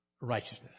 righteousness